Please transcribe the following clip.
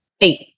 Eight